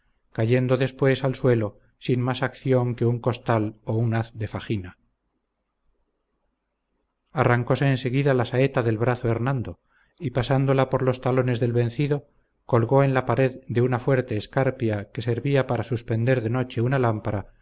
cayendo después al suelo sin más acción que un costal o un haz de fajina arrancóse en seguida la saeta del brazo hernando y pasándola por los talones del vencido colgólo en la pared de una fuerte escarpia que servía para suspender de noche una lámpara